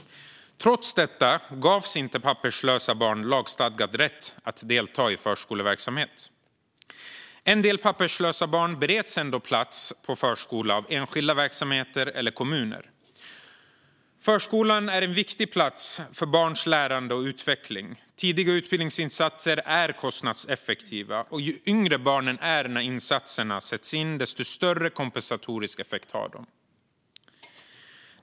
Trots detta gavs inte papperslösa barn lagstadgad rätt att delta i förskoleverksamhet. En del papperslösa barn bereds ändå plats på förskola av enskilda verksamheter eller av kommuner. Förskolan är en viktig plats för barns lärande och utveckling. Tidiga utbildningsinsatser är kostnadseffektiva. Ju yngre barnen är när insatserna sätts in, desto större kompensatorisk effekt har de.